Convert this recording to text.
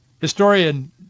Historian